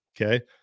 okay